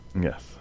yes